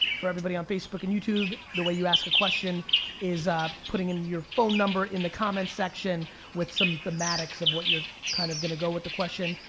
for everybody on facebook and youtube, the way you ask a question is putting in your phone number in the comment section with some thematics of what you're kind of gonna go with the question.